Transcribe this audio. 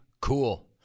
Cool